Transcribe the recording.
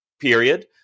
period